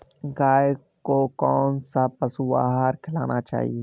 गाय को कौन सा पशु आहार खिलाना चाहिए?